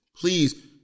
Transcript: please